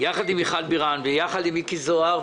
עם מיכל בירן ועם מיקי זוהר,